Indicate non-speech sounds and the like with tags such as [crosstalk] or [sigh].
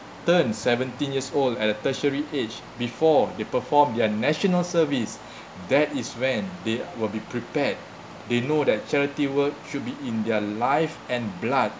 turn seventeen years old at a tertiary age before they perform their national service [breath] that is when they ar~ will be prepared they know that charity work should be in their life and blood